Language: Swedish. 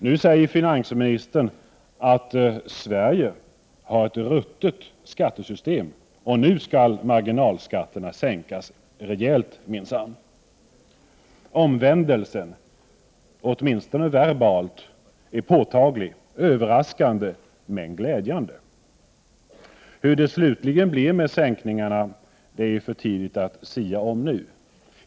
Nu säger finansministern att Sverige har ett ruttet skattesystem, och nu skall marginalskatterna minsann sänkas rejält. Omvändelsen — åtminstone verbalt — är påtaglig, överraskande, men glädjande. Hur det slutligen blir med sänkningarna är det för tidigt att sia om.